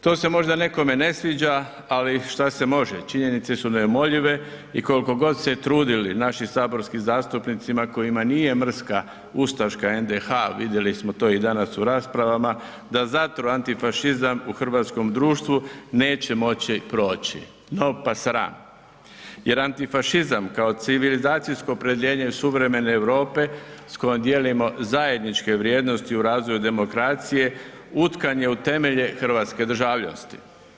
To se možda nekome ne sviđa, ali šta se može, činjenice su neumoljive i koliko god se trudili naši saborski zastupnici kojima nije mrska ustaška NDH, vidjeli smo to danas i u raspravama da zatru antifašizam u hrvatskom društvu neće moći proći, no pasaran jer antifašizam kao civilizacijsko opredjeljenje suvremene Europe s kojom dijelimo zajedničke vrijednosti u razvoju demokracije utkan je u temelje hrvatske državnosti.